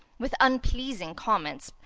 with unpleasing comments,